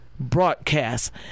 broadcast